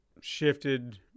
shifted